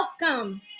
welcome